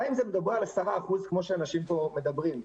גם אם מדובר על 10% כפי שאנשים פה מדברים.